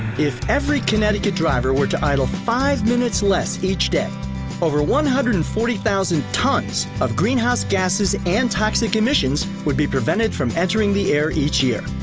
if every connecticut driver were to idle five minutes less each day over one hundred and forty thousand tons of greenhouse gases and toxic emissions would be prevented from entering the air each year.